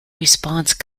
response